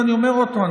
ואני אומר עוד פעם,